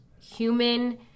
human